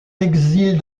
exil